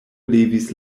levis